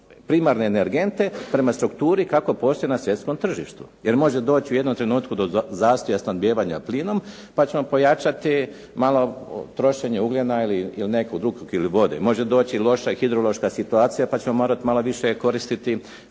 primarne energente prema strukturi kako postoji na svjetskom tržištu, jer može doći u jednom trenutku do zastoja snabdijevanja plinom pa ćemo pojačati malo trošenje ugljena ili vode. Može doći i loša hidrološka situacija pa ćemo morati malo više koristiti